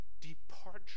departure